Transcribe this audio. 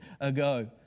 ago